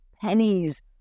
pennies